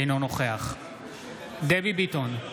אינו נוכח דבי ביטון,